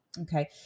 Okay